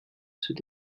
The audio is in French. ceux